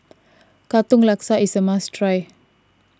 Katong Laksa is a must try